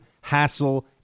hassle